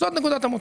זאת נקודת המוצא.